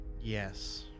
yes